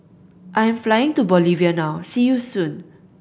I am flying to Bolivia now See you soon